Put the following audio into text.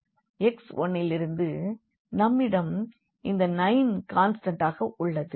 x1 லிருந்து நம்மிடம் இந்த 9 கான்ஸ்டண்டாக உள்ளது